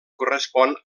correspon